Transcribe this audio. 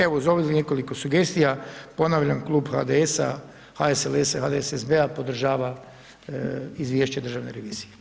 Evo, uz ovih nekoliko sugestija, ponavljam Klub HDS-a, HSLS-a i HDSSB-a podržava izvješće Državne revizije.